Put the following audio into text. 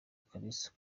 kalisa